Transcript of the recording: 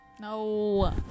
No